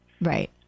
Right